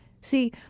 See